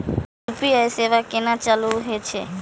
UPI सेवा केना चालू है छै?